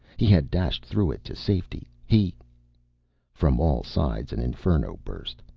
he had dashed through it to safety. he from all sides an inferno burst,